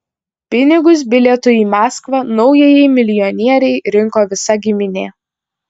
pinigus bilietui į maskvą naujajai milijonierei rinko visa giminė